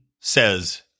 says